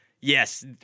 Yes